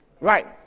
Right